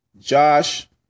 Josh